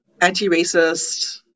anti-racist